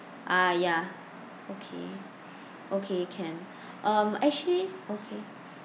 ah ya okay okay can um actually okay